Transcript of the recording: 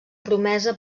promesa